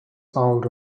fouled